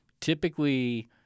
Typically